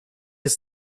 ist